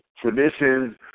Traditions